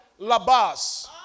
labas